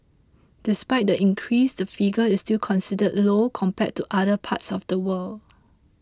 despite the increase the figure is still considered low compared to other parts of the world